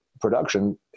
production